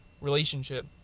relationship